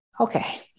Okay